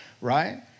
right